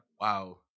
Wow